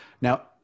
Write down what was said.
Now